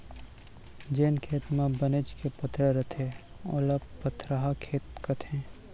जेन खेत म बनेच के पथरा रथे ओला पथरहा खेत कथें